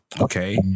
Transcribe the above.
Okay